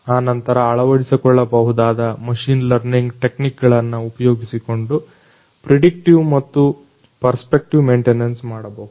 ಆ ನಂತರ ಅಳವಡಿಸಿಕೊಳ್ಳಬಹುದಾದ ಮಷಿನ್ ಲರ್ನಿಂಗ್ ಟೆಕ್ನಿಕ್ಗಳನ್ನ ಉಪಯೋಗಿಸಿಕೊಂಡು ಪ್ರಿಡಿಕ್ಟಿವ್ ಮತ್ತು ಪರ್ಸ್ಪೆಕ್ಟಿವ್ ಮೆಂಟೆನನ್ಸ್ ಮಾಡಬಹುದು